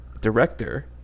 director